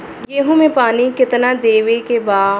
गेहूँ मे पानी कितनादेवे के बा?